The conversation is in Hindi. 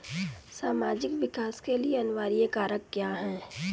सामाजिक विकास के लिए अनिवार्य कारक क्या है?